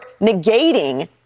negating